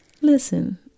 Listen